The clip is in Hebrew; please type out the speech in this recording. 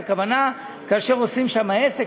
הכוונה כאשר עושים שם עסק,